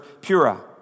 Pura